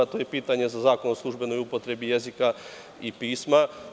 To je pitanje za Zakon o službenoj upotrebi jezika i pisma.